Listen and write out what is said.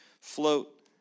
float